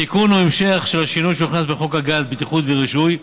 התיקון הוא המשך של השינוי שהוכנס בחוק הגז (בטיחות ורישוי)